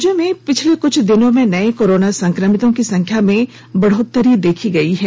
राज्य में पिछले कुछ दिनों में नये कोरोना संक्रमितों की संख्या में बढ़ोत्तरी दर्ज की गई हैं